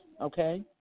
okay